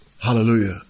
Hallelujah